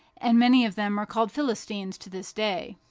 and many of them are called philistines to this day.